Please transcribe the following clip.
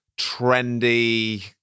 trendy